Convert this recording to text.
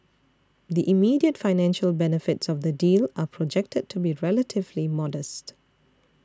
the immediate financial benefits of the deal are projected to be relatively modest